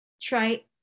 try